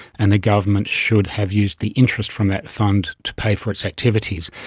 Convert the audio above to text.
and the government should have used the interest from that fund to pay for its activities.